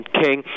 king